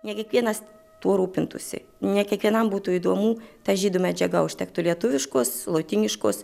ne kiekvienas tuo rūpintųsi ne kiekvienam būtų įdomu ta žydų medžiaga užtektų lietuviškos lotyniškos